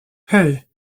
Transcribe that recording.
hey